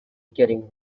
getting